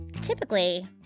Typically